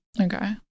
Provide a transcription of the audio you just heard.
Okay